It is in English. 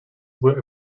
were